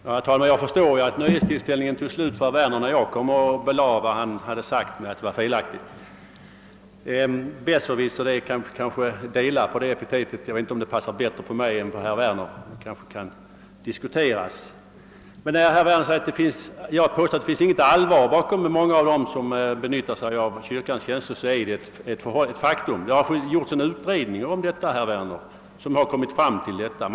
Herr talman! Jag förstår att nöjes tillställningen tog slut för herr Werner, när jag vederlade vad han hade sagt och visade att det var felaktigt. Epitetet besserwisser kanske vi skall dela; jag vet inte om det passar bättre på mig än på herr Werner. Det kanske kan diskuteras. Vad beträffar mitt påstående att det inte finns något allvar hos många av dem som benyttar sig av kyrkans tjänster vill jag framhålla att det ju är ett faktum. Det har gjorts en utredning om detta, herr Werner. Den utredningen har kommit till det resultatet.